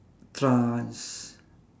trance